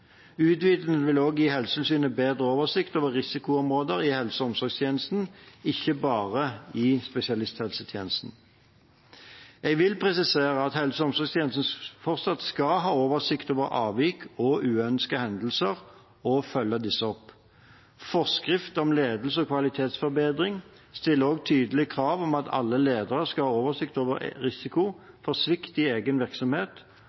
vil også gi Helsetilsynet bedre oversikt over risikoområder i helse- og omsorgstjenesten – ikke bare i spesialisthelsetjenesten. Jeg vil presisere at helse- og omsorgstjenesten fortsatt skal ha oversikt over avvik og uønskede hendelser – og følge disse opp. Forskrift om ledelse og kvalitetsforbedring stiller også tydelige krav om at alle ledere skal ha oversikt over risiko for svikt i egen virksomhet,